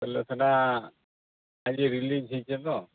ହେଲେ ସେଟା ରିଲିଜ୍ ହୋଇଛି ତ